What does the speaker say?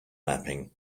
mapping